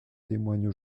témoignent